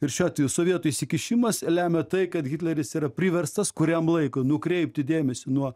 ir šiuo atveju sovietų įsikišimas lemia tai kad hitleris yra priverstas kuriam laikui nukreipti dėmesį nuo